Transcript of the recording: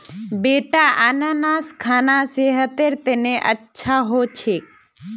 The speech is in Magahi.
बेटा अनन्नास खाना सेहतेर तने अच्छा हो छेक